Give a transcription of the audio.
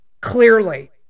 clearly